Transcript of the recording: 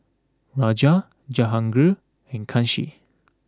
Raja Jahangir and Kanshi